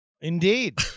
Indeed